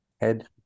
head